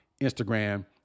Instagram